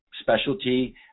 specialty